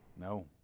No